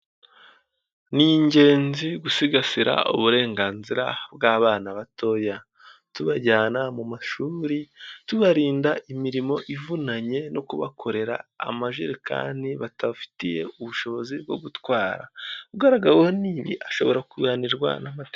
Ni ingenzi gusigasira uburenganzira bw'abana batoya, tubajyana mu mashuri, tubarinda imirimo ivunanye no kubakorera amajerekani batafitiye ubushobozi bwo gutwara, ugaragaweho n'ibi ashobora kubihanirwa.